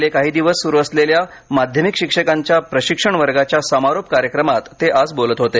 गेले काही दिवस सुरू असलेल्या माध्यमिक शिक्षकांच्या प्रशिक्षण वर्गाच्या समारोप कार्यक्रमात ते बोलत होते